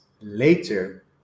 later